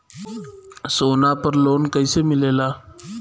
सोना पर loan कइसे मिलेला?